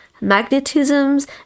magnetisms